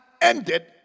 ended